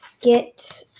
get